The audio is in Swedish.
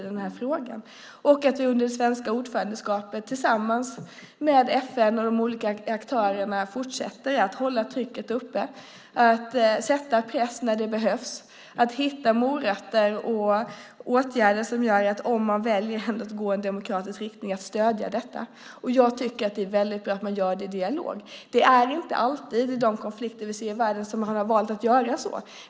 Det är också viktigt att vi under det svenska ordförandeskapet tillsammans med FN och andra aktörer fortsätter att hålla trycket uppe, sätter press när det behövs och om de väljer att gå i demokratisk riktning hittar morötter i form av olika åtgärder som gör att vi kan stödja det. Jag tycker att det är bra att det finns en dialog. Man har inte alltid valt att ha det i de konflikter som finns i världen.